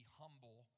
humble